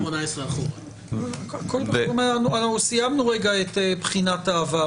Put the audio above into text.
קודם כל אנחנו סיימנו את בחינת העבר,